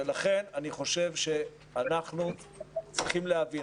לכן אני חושב שאנחנו צריכים להבין,